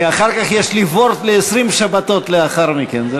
יש לי וורט ל-20 שבתות לאחר מכן.